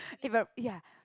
eh but ya